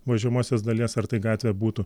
važiuojamosios dalies ar tai gatvė būtų